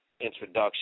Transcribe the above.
Introduction